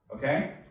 Okay